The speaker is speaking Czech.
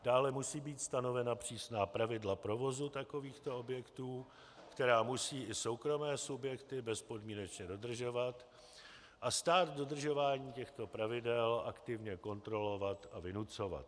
Dále musí být stanovena přísná pravidla provozu takovýchto objektů, která musí i soukromé subjekty bezpodmínečně dodržovat, a stát dodržování těchto pravidel aktivně kontrolovat a vynucovat.